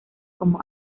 como